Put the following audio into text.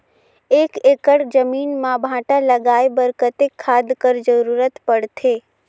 एक एकड़ जमीन म भांटा लगाय बर कतेक खाद कर जरूरत पड़थे?